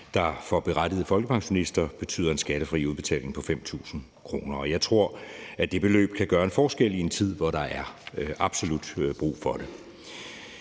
der for berettigede folkepensionister betyder en skattefri udbetaling på 5.000 kr. Jeg tror, at det beløb kan gøre en forskel i en tid, hvor der absolut er brug for det.